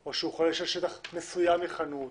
או שהוא חולש על שטח מסוים מחנות,